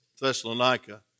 Thessalonica